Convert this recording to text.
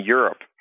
Europe